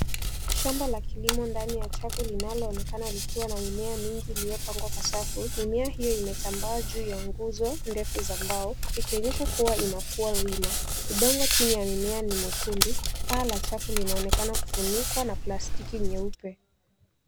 Shamba la kilimo ndani ya chafu linaloonekana likiwa na mimea mingi ,iliyopangwa kwa safu. Mimea hiyo imetambaa juu ya nguzo ndefu za mbao, ikionyesha kuwa inakuwa wima. Udongo chini ya mimea ni mwekundu. Paa la chafu linaonekana kufunikwa na plastiki nyeupe.